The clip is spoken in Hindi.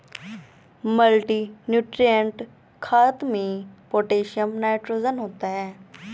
मल्टीनुट्रिएंट खाद में पोटैशियम नाइट्रोजन होता है